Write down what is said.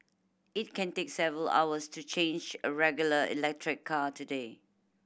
it can take several hours to change a regular electric car today